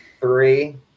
three